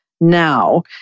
now